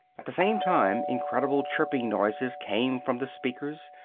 at the same time incredible chirping noises came from the speakers,